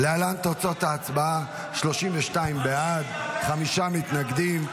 להלן תוצאות ההצבעה: 32 בעד, חמישה מתנגדים.